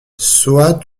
sois